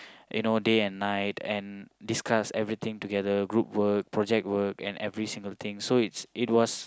you know day and night and discuss everything together group work project work and every single thing so it's it was